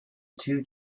two